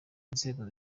inzego